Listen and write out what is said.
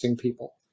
people